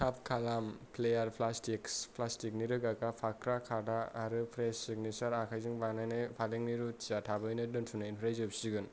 थाब खालाम फ्लेयार प्लास्टिकनि रोगाग्रा फाख्रा खादा आरो फ्रेस सिगनेचार आखायजों बानायनाय पालेंनि रुटिया थाबैनो दोनथुमनायनिफ्राय जोबसिगोन